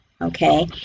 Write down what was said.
Okay